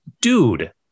dude